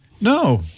No